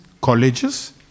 colleges